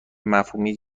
مفهومی